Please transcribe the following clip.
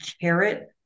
carrot